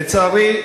לצערי,